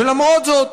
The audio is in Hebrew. ולמרות זאת,